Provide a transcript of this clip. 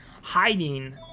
hiding